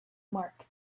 mark